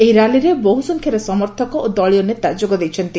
ଏହି ର୍ୟାଲିରେ ବହୁସଂଖ୍ୟାରେ ସମର୍ଥକ ଓ ଦଳୀୟ ନେତା ଯୋଗ ଦେଇଛନ୍ତି